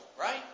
Right